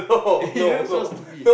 you look so stupid